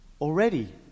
already